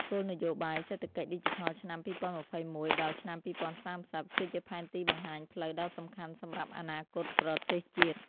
គោលនយោបាយសេដ្ឋកិច្ចឌីជីថលឆ្នាំ ២០២១ ដល់ឆ្នាំ ២០៣០គឺជាផែនទីបង្ហាញផ្លូវដ៏សំខាន់សម្រាប់អនាគតប្រទេសជាតិ។